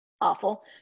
awful